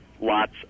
lots